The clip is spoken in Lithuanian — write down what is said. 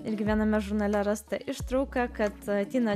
irgi viename žurnale rastą ištrauką kad tina